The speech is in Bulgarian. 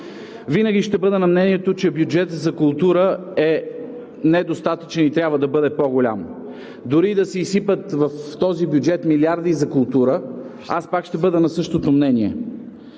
Винаги ще бъда на мнението, че бюджетът за култура е недостатъчен и трябва да бъде по-голям. Дори и да се изсипят в този бюджет милиарди за култура, аз пак ще бъда на същото мнение.